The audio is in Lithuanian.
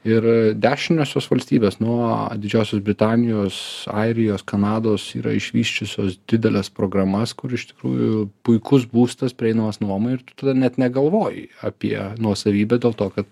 ir dešiniosios valstybės nuo didžiosios britanijos airijos kanados yra išvysčiusios dideles programas kur iš tikrųjų puikus būstas prieinamas nuomai ir tu tada net negalvoji apie nuosavybę dėl to kad